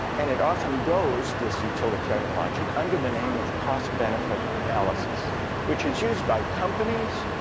and it often goes, this utilitarian logic, under the name of cost-benefit analysis which is used by companies